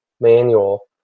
manual